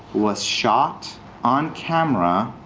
was shot on camera,